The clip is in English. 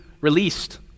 released